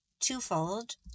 twofold